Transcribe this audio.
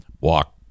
walk